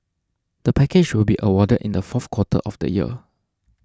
the package will be awarded in the fourth quarter of the year